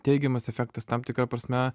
teigiamas efektas tam tikra prasme